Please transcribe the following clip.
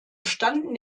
standen